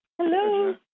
Hello